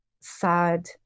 sad